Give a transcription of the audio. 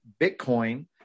Bitcoin